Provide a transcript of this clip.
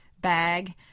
bag